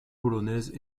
polonaises